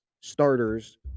starters